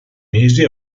mesi